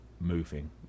moving